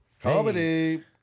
comedy